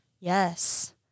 Yes